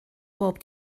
bob